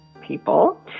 people